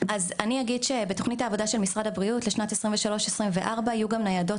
אני אגיד שבתוכנית העבודה של משרד הבריאות לשנים 2023-2024 יהיו גם ניידות